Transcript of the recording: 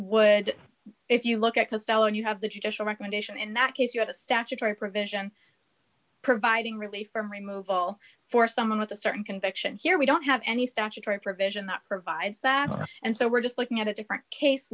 would if you look at the fellow and you have the judicial recommendation in that case you have a statutory provision providing relief from removal for someone with a certain conviction here we don't have any statutory provision that provides that and so we're just looking at a different case